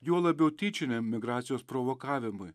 juo labiau tyčiniam migracijos provokavimui